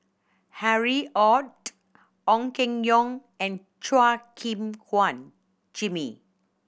Harry Ord Ong Keng Yong and Chua Gim Guan Jimmy